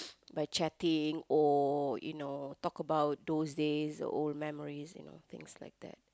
by chatting or you know talk about those days the old memories you know things like that